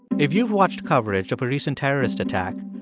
if you've watched coverage of a recent terrorist attack,